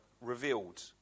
revealed